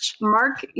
mark